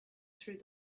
through